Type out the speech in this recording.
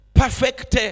perfect